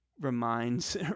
reminds